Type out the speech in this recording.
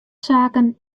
saken